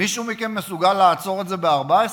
מישהו מכם מסוגל לעצור את זה ב-14?